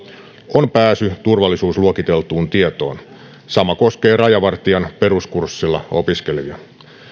on pääsy turvallisuusluokiteltuun tietoon sama koskee rajavartijan peruskurssilla opiskelevia